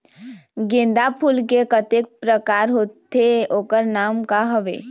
गेंदा फूल के कतेक प्रकार होथे ओकर नाम का हवे?